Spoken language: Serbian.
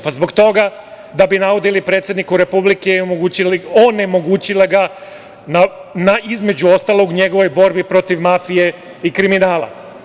Pa, zbog toga da bi naudili predsedniku Republike i onemogućili ga u, između ostalog, njegovoj borbi protiv mafije i kriminala.